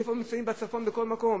איפה נמצאים בצפון, בכל מקום.